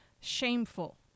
Shameful